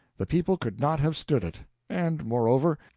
the people could not have stood it and, moreover,